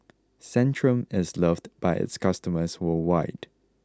Centrum is loved by its customers worldwide